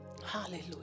Hallelujah